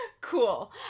cool